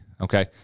Okay